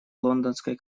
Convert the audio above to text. лондонской